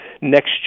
next